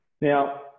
Now